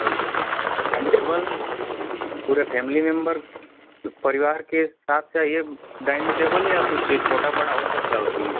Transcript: अच्छा dining table पूरे family member परिवार के साथ चाहिए डाइनिंग टेबल या कुछ छोटा बड़ा हो सकता है उसमें